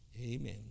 Amen